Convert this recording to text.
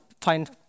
find